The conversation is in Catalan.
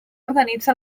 organitza